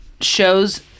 shows